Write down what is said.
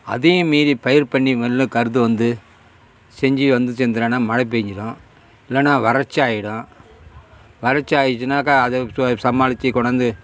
அதையும் மீறி பயிறு பண்ணி வெளில் கருது வந்து செஞ்சு வந்து சேர்ந்ததுன்னா மழை பெஞ்சிரும் இல்லைன்னா வறட்சி ஆகிடும் வறட்சி ஆகிடுச்சினாக்கா அதை சோ சமாளித்து கொண்டு வந்து